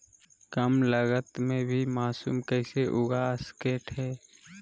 कम लगत मे भी मासूम कैसे उगा स्केट है?